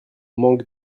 manque